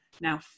Now